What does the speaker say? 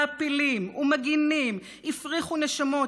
מעפילים ומגינים הפריחו נשמות,